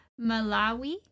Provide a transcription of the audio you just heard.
Malawi